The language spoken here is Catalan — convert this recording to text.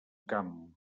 camp